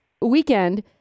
weekend